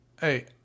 Hey